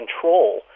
control